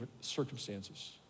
circumstances